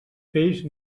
peix